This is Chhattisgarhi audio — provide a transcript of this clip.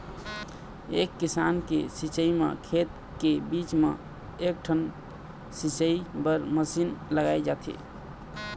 ए किसम के सिंचई म खेत के बीच म एकठन सिंचई बर मसीन लगाए जाथे